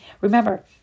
Remember